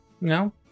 No